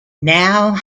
now